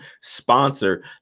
sponsor